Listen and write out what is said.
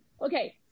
okay